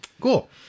Cool